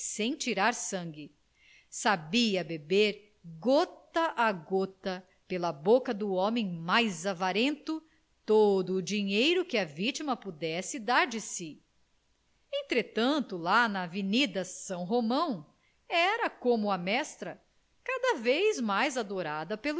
tirar sangue sabia beber gota a gota pela boca do homem mais avarento todo o dinheiro que a vitima pudesse dar de si entretanto lá na avenida são romão era como a mestra cada vez mais adorada